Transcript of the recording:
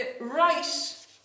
right